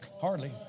hardly